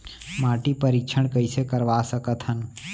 माटी परीक्षण कइसे करवा सकत हन?